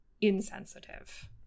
insensitive